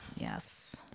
Yes